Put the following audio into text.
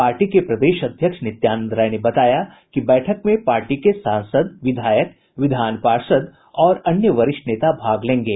party के प्रदेश अध्यक्ष नित्यानंद राय ने बताया कि बैठक में पार्टी के सांसद विधायक विधान पार्षद और अन्य वरिष्ठ नेता भाग लेंगे